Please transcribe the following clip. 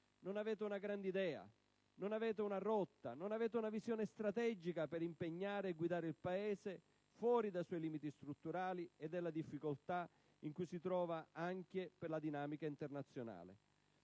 Non avete una grande idea, non avete una rotta, non avete una visione strategica per accompagnare e guidare il Paese fuori dai suoi limiti strutturali e dalle difficoltà in cui si trova, anche per la dinamica internazionale.